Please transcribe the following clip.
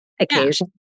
occasion